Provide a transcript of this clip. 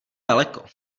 daleko